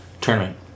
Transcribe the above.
tournament